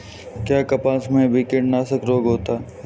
क्या कपास में भी कीटनाशक रोग होता है?